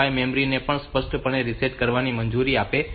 5 મેમરીને પણ સ્પષ્ટપણે રીસેટ કરવાની મંજૂરી આપે છે